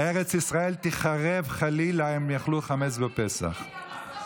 אנחנו לא אוכלים חמץ בפסח גם בלי